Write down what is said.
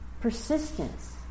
persistence